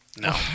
No